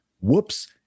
Whoops